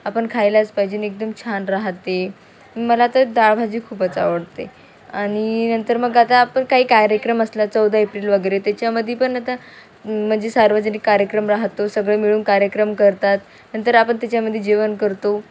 आपण खायलाच पाहिजे आणि एकदम छान राहते मला तर दाळभाजी खूपच आवडते आणि नंतर मग आता आपण काही कार्यक्रम असला चौदा एप्रिल वगैरे त्याच्यामध्ये पण आता म्हणजे सार्वजनिक कार्यक्रम राहतो सगळं मिळून कार्यक्रम करतात नंतर आपण त्याच्यामध्ये जेवण करतो